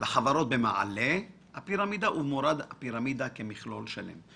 - לחברות במעלה הפירמידה ובמורד הפירמידה כמכלול שלם.